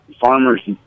farmers